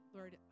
Lord